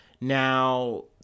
Now